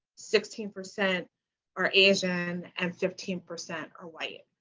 sixteen percent are asian, and fifteen percent are white.